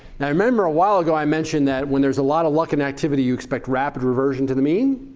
now remember a while ago i mentioned that when there's a lot of luck in activity you expect rapid reversion to the mean?